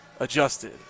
adjusted